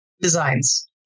Designs